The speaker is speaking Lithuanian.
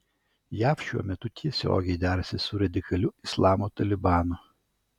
jav šiuo metu tiesiogiai derasi su radikaliu islamo talibanu